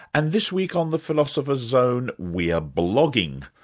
and this week on the philosopher's zone, we are blogging.